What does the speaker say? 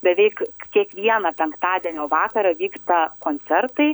beveik kiekvieną penktadienio vakarą vyksta koncertai